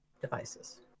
devices